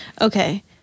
Okay